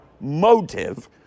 motive